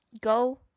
Go